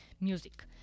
music